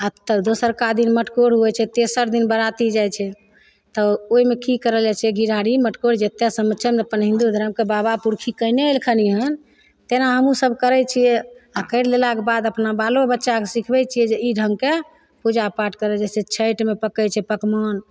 आओर तऽ दोसरका दिन मटकोर होइ छै तेसर दिन बराती जाइ छै तऽ ओइमे की करल जाइ छै घी ढारी मटकोर जते सब मने छन अपन हिन्दू धर्मके अपन बाबा पुरखी कयने अयलखिन हन तेना हमहुँ सब करय छियै आओर करि लेलाके बाद अपना बालो बच्चाके सिखबय छियै जे ई ढङ्गके पूजा पाठ कर जैसे छठमे पकइ छै पकवान